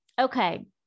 Okay